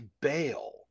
bail